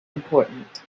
important